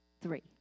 three